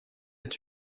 est